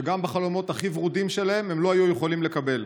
שגם בחלומות הכי ורודים שלהם הם לא היו יכולים לקבל.